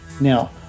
Now